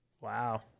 Wow